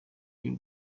y’u